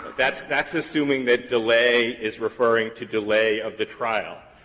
that's that's assuming that delay is referring to delay of the trial,